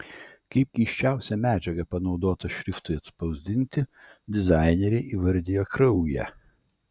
kaip keisčiausią medžiagą panaudotą šriftui atspausti dizaineriai įvardija kraują